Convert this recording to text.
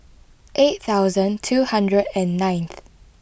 eight thousand two hundred and ninth